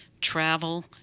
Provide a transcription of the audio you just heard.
travel